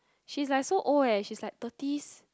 she's like so old eh she's like thirty's